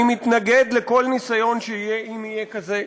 אני מתנגד לכל ניסיון שיהיה, אם יהיה כזה,